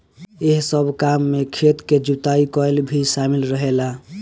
एह सब काम में खेत के जुताई कईल भी शामिल रहेला